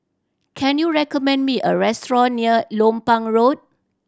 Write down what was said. can you recommend me a restaurant near Lompang Road